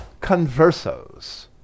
conversos